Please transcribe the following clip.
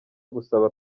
gusaba